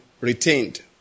retained